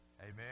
Amen